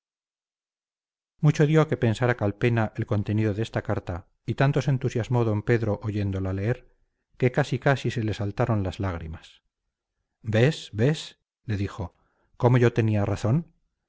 mucho dio que pensar a calpena el contenido de esta carta y tanto se entusiasmó don pedro oyéndola leer que casi casi se le saltaron las lágrimas ves ves le dijo cómo yo tenía razón